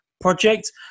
Project